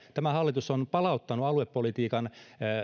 tämä hallitus on palauttanut aluepolitiikan